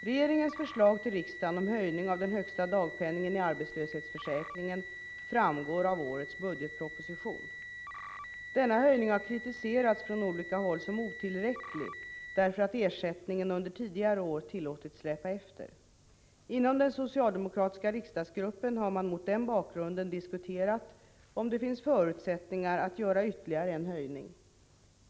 Denna höjning har kritiserats från olika håll som otillräcklig därför att ersättningen under tidigare år tillåtits släpa efter. Inom den socialdemokratiska riksdagsgruppen har man mot den bakgrunden diskuterat om det finns förutsättningar att göra ytterligare en höjning.